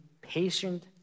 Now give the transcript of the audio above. patient